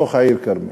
בתוך העיר כרמיאל.